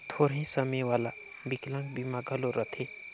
थोरहें समे वाला बिकलांग बीमा घलो रथें